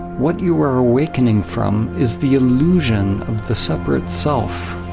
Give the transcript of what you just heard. what you are awakening from is the illusion of the separate self.